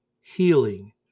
healing